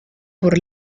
por